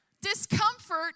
Discomfort